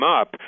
up